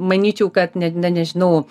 manyčiau kad ne na nežinau